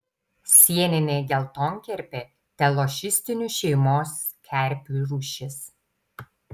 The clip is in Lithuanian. sieninė geltonkerpė telošistinių šeimos kerpių rūšis